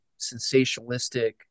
sensationalistic